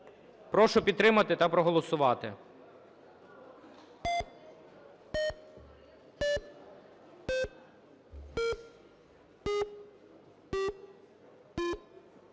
Прошу підтримати та проголосувати.